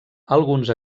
alguns